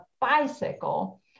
bicycle